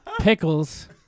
pickles